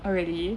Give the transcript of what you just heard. oh really